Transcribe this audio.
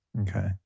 Okay